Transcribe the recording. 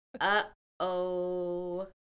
uh-oh